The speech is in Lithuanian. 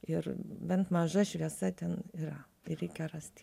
ir bent maža šviesa ten yra ir reikia rasti